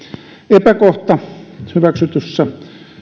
epäkohta hyväksytyssä